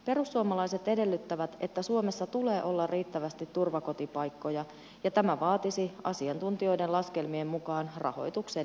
perussuomalaiset edellyttävät että suomessa tulee olla riittävästi turvakotipaikkoja ja tämä vaatisi asiantuntijoiden laskelmien mukaan rahoituksen lisäämistä